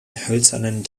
hölzernen